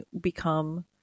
become